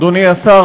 אדוני השר,